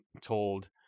told